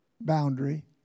boundary